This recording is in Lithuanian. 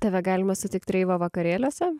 tave galima sutikt reivo vakarėliuose